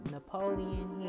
Napoleon